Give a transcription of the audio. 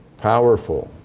powerful.